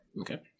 Okay